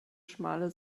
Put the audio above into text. schmale